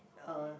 a